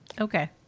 Okay